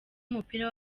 w’umupira